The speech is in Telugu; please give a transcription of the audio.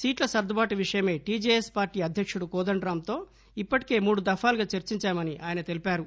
సీట్ల సర్గుబాటు విషయమై టిజెఎస్ పార్టీ అధ్యకుడు కోదండరామ్ తో ఇప్పటికే మూడు దఫాలుగా చర్చించామని ఆయన తెలిపారు